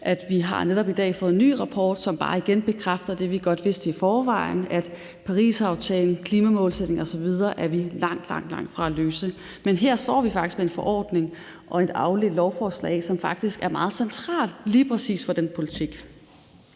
at vi netop i dag har fået en ny rapport, som bare igen bekræfter det, vi godt vidste i forvejen, nemlig at vi er langt, langt fra at nå Parisaftalen, klimamålsætningen osv. Men her står vi faktisk med en forordning og et afledt lovforslag, som faktisk er meget centralt lige præcis for den politik.